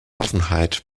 offenheit